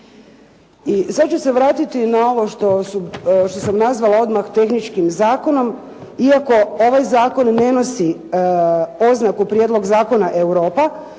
I sada ću se vratiti na ovo što sam nazvala odmah tehničkim zakonom. Iako ovaj zakon ne nosi oznaku prijedlog zakona Europa,